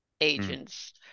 agents